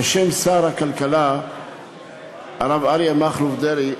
בשם שר הכלכלה הרב אריה מכלוף דרעי,